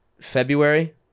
February